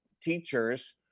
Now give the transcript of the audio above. teachers